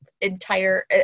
entire